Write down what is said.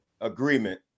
agreement